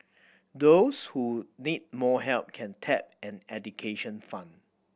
those who need more help can tap an education fund